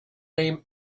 name